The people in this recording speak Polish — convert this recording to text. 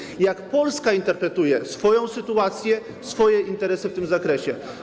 Chodzi o to, jak Polska interpretuje swoją sytuację, swoje interesy w tym zakresie.